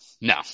no